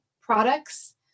products